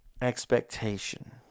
expectation